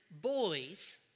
boys